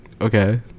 Okay